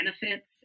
benefits